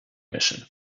mission